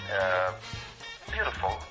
Beautiful